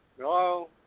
Hello